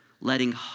letting